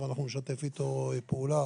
ואנחנו נשתף איתו פעולה